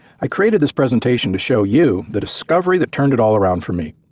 i created this presentation to show you the discovery that turned it all around for me.